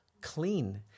clean